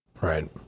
Right